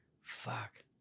Fuck